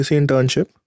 internship